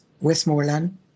Westmoreland